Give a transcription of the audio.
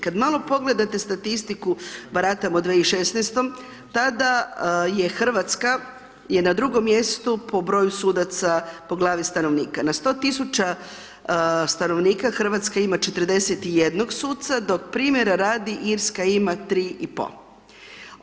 Kad malo pogledate statistiku, baratamo 2016.-tom, tada je Hrvatska, je na drugom mjestu po broju sudaca po glavi stanovnika, na 100.000 stanovnika Hrvatska ima 41 sudca, dok primjera radi Irska ima 3,5.